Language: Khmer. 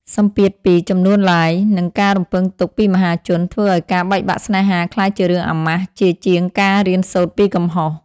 សម្ពាធពី "ចំនួន Like" និងការរំពឹងទុកពីមហាជន ធ្វើឱ្យការបែកបាក់ស្នេហាក្លាយជារឿងអាម៉ាស់ ជាជាងការរៀនសូត្រពីកំហុស។